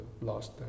lost